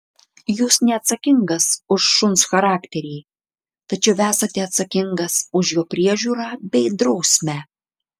jūs neatsakingas už šuns charakterį tačiau esate atsakingas už jo priežiūrą bei drausmę